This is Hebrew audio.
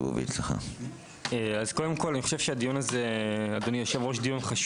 אני חושב שהדיון הזה חשוב,